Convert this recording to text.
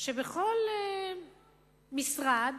שבכל משרד